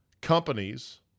companies